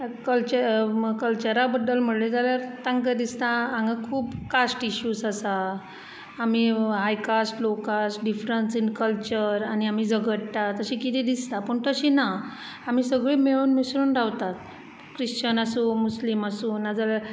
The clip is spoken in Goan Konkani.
कल कलचरा बद्दल म्हणलें जाल्यार तांकां दिसता हांगा खूब कास्ट इशूज आसा आमी high caste low caste difference in culture आनी आमी झगडटात अशें कितें दिसता पूण तशें ना आमी सगळी मेळून मिसळून रावतात क्रिश्चन आसूं मुस्लीम आसूं नाजाल्या